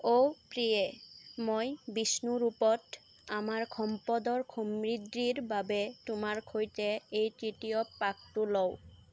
অ' প্ৰিয়ে মই বিষ্ণু ৰূপত আমাৰ সম্পদৰ সমৃদ্ধিৰ বাবে তোমাৰ সৈতে এই তৃতীয় পাকটো লওঁ